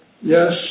Yes